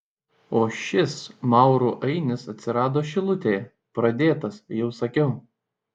o šis maurų ainis atsirado šilutėje pradėtas jau sakiau